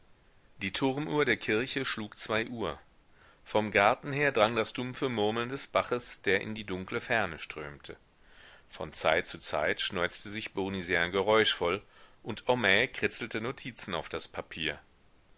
die turmuhr der kirche schlug zwei uhr vom garten her drang das dumpfe murmeln des baches der in die dunkle ferne strömte von zeit zu zeit schneuzte sich bournisien geräuschvoll und homais kritzelte notizen auf das papier